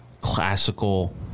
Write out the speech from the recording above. Classical